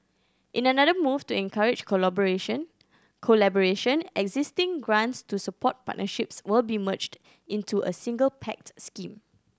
in another move to encourage collaboration existing grants to support partnerships will be merged into a single pact scheme